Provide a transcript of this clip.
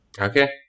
okay